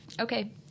Okay